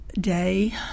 day